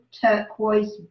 turquoise